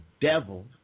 devil